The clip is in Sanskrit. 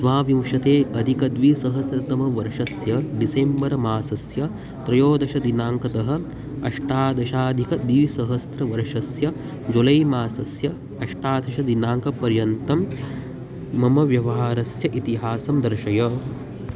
द्वाविंशत्यधिकद्विसहस्रतमवर्षस्य डिसेम्बर् मासस्य त्रयोदशदिनाङ्कतः अष्टादशाधिकद्विसहस्रवर्षस्य जुलै मासस्य अष्टादशदिनाङ्कपर्यन्तं मम व्यवहारस्य इतिहासं दर्शय